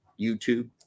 YouTube